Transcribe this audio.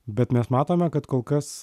bet mes matome kad kol kas